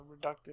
reductive